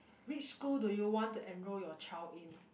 which school do you want to enroll your child in